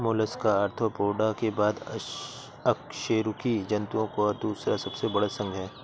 Mollusca Arthropoda के बाद अकशेरुकी जंतुओं का दूसरा सबसे बड़ा संघ है